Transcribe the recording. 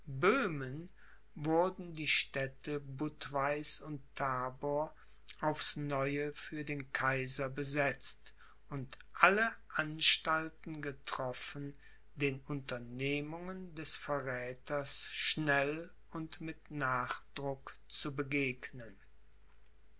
böhmen wurden die städte budweiß und tabor aufs neue für den kaiser besetzt und alle anstalten getroffen den unternehmungen des verräthers schnell und mit nachdruck zu begegnen